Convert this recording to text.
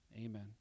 Amen